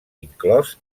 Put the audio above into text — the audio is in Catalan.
inclòs